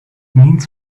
means